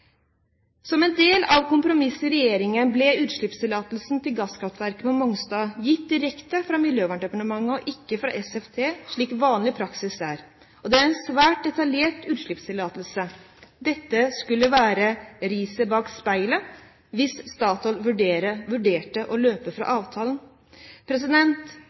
Som en del av kompromisset i regjeringen ble utslippstillatelsen til gasskraftverket på Mongstad gitt direkte fra Miljøverndepartementet, og ikke fra SFT, slik vanlig praksis er. Det er en svært detaljert utslippstillatelse. Dette skulle være riset bak speilet hvis Statoil vurderte å løpe fra